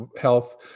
health